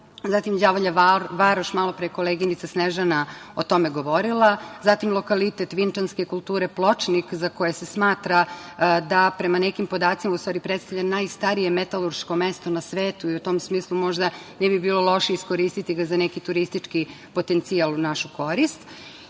zatim Đavolja varoš, malopre je koleginica Snežana o tome govorila, zatim lokalitet Vinčanske kulture – Pločnik, za koji se smatra da po nekim podacima zapravo predstavlja najstarije metološko mesto na svetu i u tom smislu možda ne bi bilo loše iskoristiti ga za neki turistički potencijal u našu korist. Na